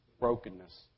brokenness